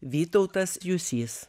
vytautas jusys